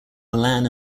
milan